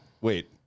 wait